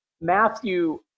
Matthew